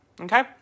okay